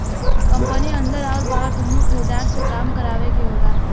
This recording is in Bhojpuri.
कंपनी अन्दर आउर बाहर दुन्नो खरीदार से काम करावे क होला